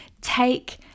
take